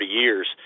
years